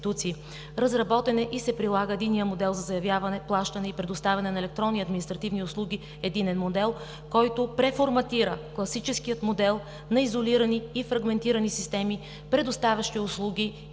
Разработен е и се прилага единният модел за заявяване, плащане и предоставяне на електронни административни услуги – единен модел, който преформатира класическия модел на изолирани и фрагментирани системи, предоставящи услуги и постепенната